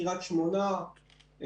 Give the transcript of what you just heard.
קריית שמונה,